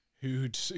who'd